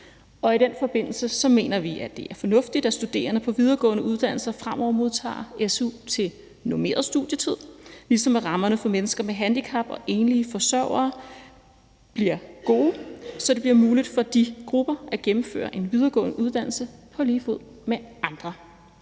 I den forbindelse mener vi, det er fornuftigt, at studerende på videregående uddannelser fremover modtager su til normeret studietid, ligesom rammerne for mennesker med handicap og enlige forsørgere bliver gode, så det bliver muligt for de grupper at gennemføre en videregående uddannelse på lige fod med andre.